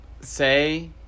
Say